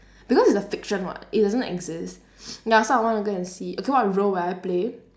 because it's a fiction [what] it doesn't exist ya so I want to go and see okay what role will I play